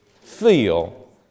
feel